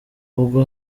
ubwo